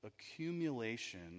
accumulation